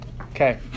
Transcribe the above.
Okay